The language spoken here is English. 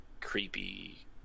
creepy